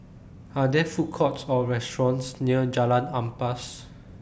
Are There Food Courts Or restaurants near Jalan Ampas